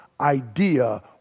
idea